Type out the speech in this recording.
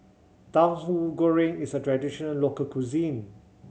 Tahu Goreng is a traditional local cuisine